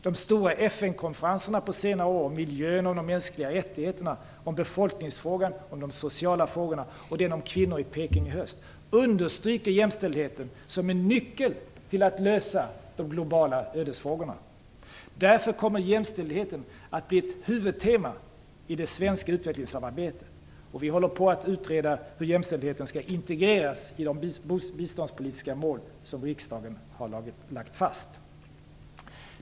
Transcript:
De stora FN-konferenserna på senare år om miljön, om de mänskliga rättigheterna, om befolkningsfrågan och om de sociala frågorna - och den i Peking i höst om kvinnor - understryker att jämställdheten är en nyckel för att lösa de globala ödesfrågorna. Därför kommer jämställdheten att bli ett huvudtema i det svenska utvecklingssamarbetet. Vi håller på att utreda hur jämställdheten skall integreras i de biståndspolitiska mål som riksdagen har lagt fast.